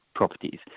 properties